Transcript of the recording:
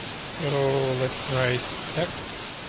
so let's write text.